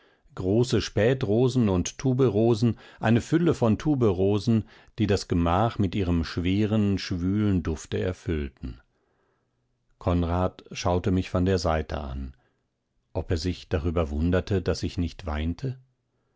große spätrosen und tuberosen eine fülle von tuberosen die das gemach mit ihrem schweren schwülen dufte erfüllten konrad schaute mich von der seite an ob er sich darüber wunderte daß ich nicht weinte